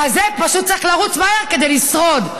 הרזה פשוט צריך לרוץ מהר כדי לשרוד.